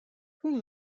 who